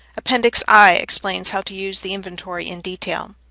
appendix i explains how to use the inventory in detail.